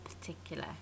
particular